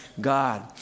God